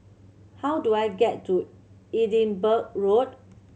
how do I get to Edinburgh Road